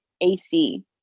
AC